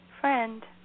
friend